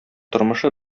тормышы